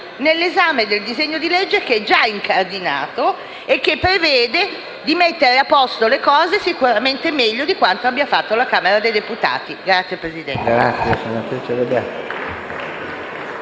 nell'esame del disegno di legge che è già incardinato e che prevede di mettere a posto le cose sicuramente meglio di quanto abbia fatto la Camera dei deputati. *(Applausi